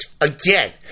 Again